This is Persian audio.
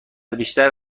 بیشتر